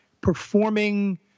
performing